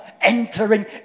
entering